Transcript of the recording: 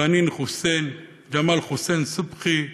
רנין חוסיין, גמאל חוסין סובחי,